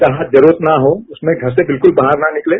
जहां जरूरत न हो उसमें घर से बिल्कूल बाहर न निकलें